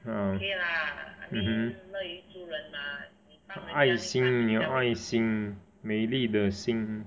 ah mmhmm 爱心你有爱心美丽的心